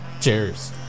Cheers